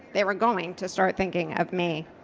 they were going to start thinking of me.